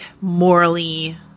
morally